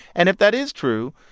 and if that is true,